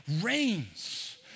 reigns